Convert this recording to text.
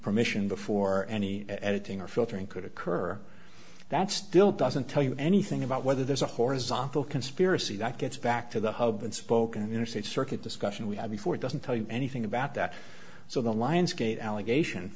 permission before any editing or filtering could occur that still doesn't tell you anything about whether there's a horizontal conspiracy that gets back to the hub and spoke and interstate circuit discussion we had before doesn't tell you anything about that so the lionsgate allegation